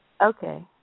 Okay